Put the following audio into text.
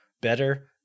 better